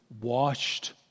washed